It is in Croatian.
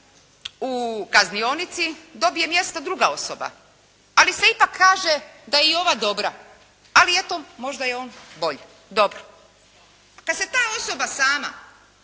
u kaznionici, dobije mjesto druga osoba, ali se ipak kaže da je i ova dobra, ali eto možda je on bolji. Dobro. Kada se ta osoba sama,